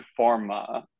pharma